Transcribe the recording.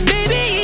Baby